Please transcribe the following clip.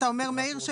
מאיר,